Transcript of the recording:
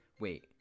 Wait